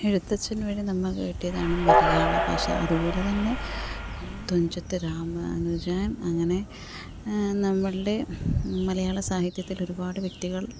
എഴുത്തച്ഛന് വേണ്ടി നമുക്ക് കിട്ടിയതാണ് മലയാള ഭാഷ അതുപോലെത്തന്നെ തുഞ്ചത്ത് രാമാനുജന് അങ്ങനെ നമ്മളുടെ മലയാള സാഹിത്യത്തിൽ ഒരുപാട് വ്യക്തികള്